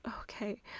okay